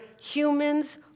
humans